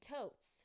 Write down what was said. totes